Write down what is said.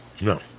No